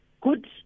good